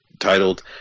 titled